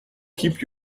keep